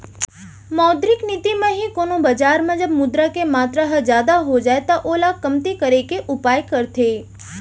मौद्रिक नीति म ही कोनो बजार म जब मुद्रा के मातर ह जादा हो जाय त ओला कमती करे के उपाय करथे